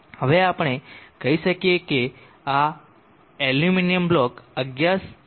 હવે આપણે કહી શકીએ કે આ એલ્યુમિનિયમ બ્લોક 11 સે